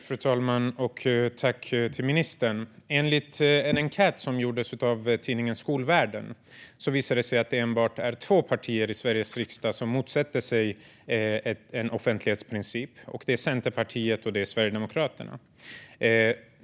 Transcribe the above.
Fru talman! Jag tackar ministern för svaret. I en enkät som gjordes av tidningen Skolvärlden visade det sig att det enbart är två partier i Sveriges riksdag som motsätter sig en offentlighetsprincip, nämligen Centerpartiet och Sverigedemokraterna.